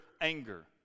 anger